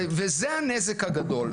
וזה הנזק הגדול.